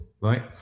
right